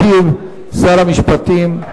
ישיב שר המשפטים,